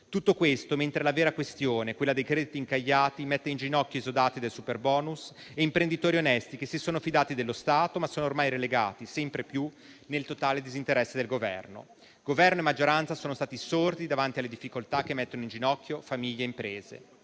Tutto questo mentre la vera questione, quella dei crediti incagliati, mette in ginocchio esodati del superbonus e imprenditori onesti che si sono fidati dello Stato, ma sono ormai relegati sempre più nel totale disinteresse dell'Esecutivo. Governo e maggioranza sono stati sordi davanti alle difficoltà che mettono in ginocchio famiglie e imprese.